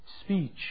speech